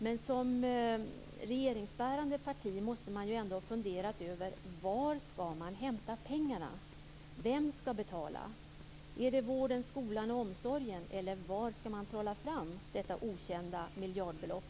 Men som regeringsbärande parti måste man väl ändå ha funderat över var pengarna skall hämtas. Vem skall betala? Är det vården, skolan och omsorgen som skall göra det, eller var skall man trolla fram detta okända miljardbelopp?